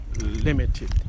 limited